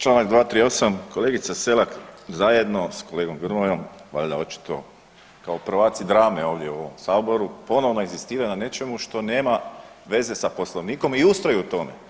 Čl. 238. kolegica SElak zajedno s kolegom Grmojom valjda očito kao prvaci drame ovdje u ovom saboru ponovno inzistira na nečemu što nema veze sa poslovnikom i ustraje u tome.